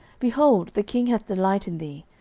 behold, the king hath delight in thee,